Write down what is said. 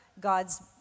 God's